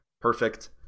perfect